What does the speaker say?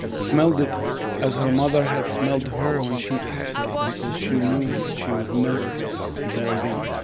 smelled it as her mother had smelled her when she kissed her, because she knew that she would never see her again.